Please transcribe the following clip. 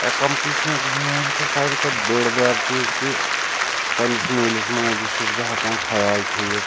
accomplishment میٲنۍ چھِ ساروی کھۄتہٕ بٔڑ بار چیٖز کہِ پَننِس مٲلِس ماجہِ چھُس بہٕ ہٮ۪کان خَیال تھٲیِتھ